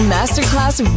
Masterclass